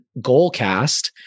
Goalcast